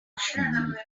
gushimirwa